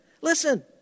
listen